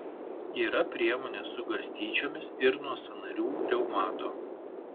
yra priemonė su garstyčiomis ir nuo sąnarių reumato